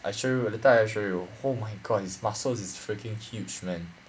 I show you later I show you oh my god his muscles is freaking huge man